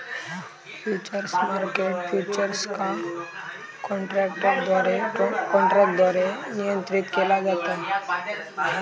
futures market futures का काँट्रॅकद्वारे नियंत्रीत केला जाता